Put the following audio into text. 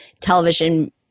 television